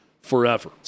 forever